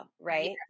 right